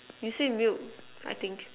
you say milk I think